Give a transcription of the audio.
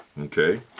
okay